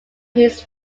his